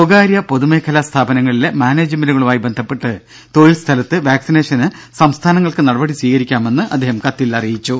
സ്വകാര്യ പൊതുമേഖലാ സ്ഥാപനങ്ങളിലെ മാനേജ്മെന്റുകളുമായി ബന്ധപ്പെട്ട് തൊഴിൽസ്ഥലത്ത് വാക്സിനേഷന് സംസ്ഥാനങ്ങൾക്ക് നടപടി സ്വീകരിക്കാമെന്നും അദ്ദേഹം കത്തിൽ അറിയിച്ചു